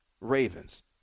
Ravens